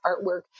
artwork